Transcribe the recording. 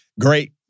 great